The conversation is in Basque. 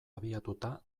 abiatuta